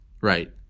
Right